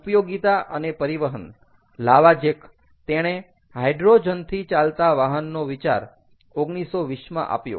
ઉપયોગીતા અને પરિવહન લાવાઝેક તેણે હાઈડ્રોજનથી ચાલતા વાહનોનો વિચાર 1920 માં આપ્યો